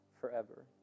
forever